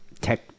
tech